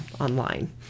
online